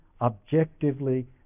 objectively